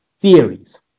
theories